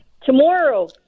tomorrow